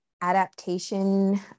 adaptation